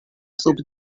sub